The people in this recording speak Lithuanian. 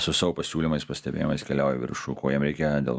su savo pasiūlymais pastebėjimais keliauja į viršų ko jiem reikia dėl